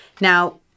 now